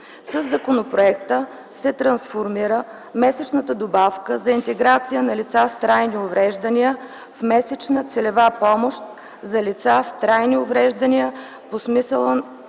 Със законопроекта се трансформира месечната добавка за интеграция на лица с трайни увреждания в месечна целева помощ за лица с трайни увреждания по смисъла